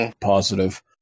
positive